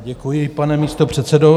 Děkuji, pane místopředsedo.